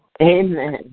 Amen